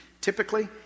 Typically